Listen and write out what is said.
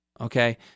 okay